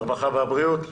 הרווחה והבריאות.